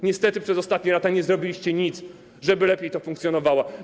Niestety przez ostatnie lata nie zrobiliście nic, żeby to lepiej funkcjonowało.